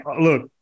look